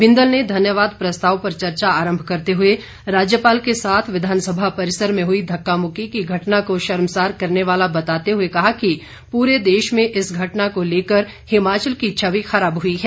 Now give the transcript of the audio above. बिंदल ने धन्यवाद प्रस्ताव पर चर्चा आरंभ करते हुए राज्यपाल के साथ विधानसभा परिसर में हुई धक्का मुक्की की घटना को शर्मशार करने वाला बताते हुए कहा कि पूरे देश में इस घटना को लेकर हिमाचल की छवि खराब हुई है